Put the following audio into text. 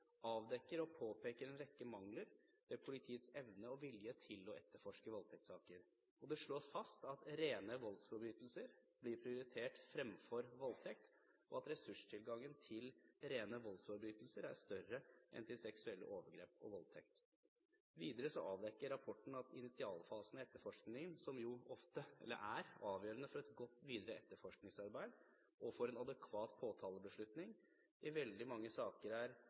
avdekker og påpeker en rekke mangler ved politiets evne og vilje til å etterforske voldtektssaker. Det slås fast at rene voldsforbrytelser blir prioritert fremfor voldtekt, og at ressurstilgangen til rene voldsforbrytelser er større enn til seksuelle overgrep og voldtekt. Videre avdekker rapporten at initialfasen i etterforskningen, som er avgjørende for et godt videre etterforskningsarbeid og for en adekvat påtalebeslutning, i veldig mange saker er